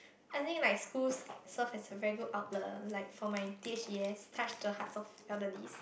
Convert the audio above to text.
I think like schools serve as a very good outlet like for my T H C S touch the hearts of elderlies